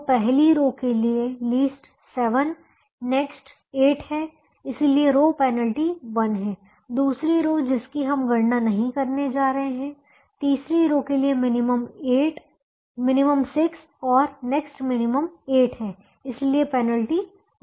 तो पहली रो के लिए लिस्ट 7 नेक्स्ट 8 है इसलिए रो पेनल्टी 1 है दूसरी रो जिसकी हम गणना नहीं करने जा रहे हैं तीसरी रो के लिए मिनिमम 6 है नेक्स्ट मिनिमम 8 है इसलिए पेनल्टी 2 है